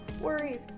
worries